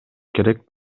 керек